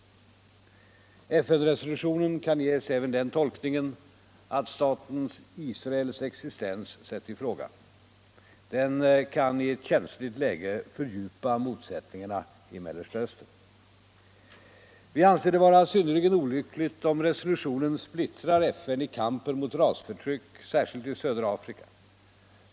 FN-resolutionen kan ges även den tolkningen att staten Israels existens sätts i fråga. Den kan i ett känsligt läge fördjupa motsättningarna i Mellersta Östern. Vi anser det vara synnerligen olyckligt om resolutionen splittrar FN i kampen mot rasförtryck, särskilt i södra Afrika.